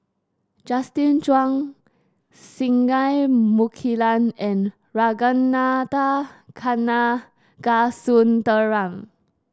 Justin Zhuang Singai Mukilan and Ragunathar Kanagasuntheram